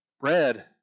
bread